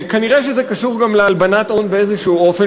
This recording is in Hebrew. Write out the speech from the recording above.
כנראה זה קשור גם להלבנת הון באיזה אופן